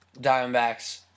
Diamondbacks